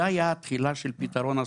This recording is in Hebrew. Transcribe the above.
זו הייתה התחילה של הפתרון הסופי.